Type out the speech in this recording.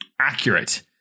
accurate